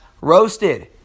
roasted